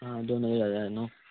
आं दोन अडेज हजार न्हू